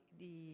di